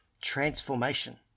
transformation